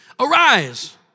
Arise